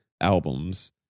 Albums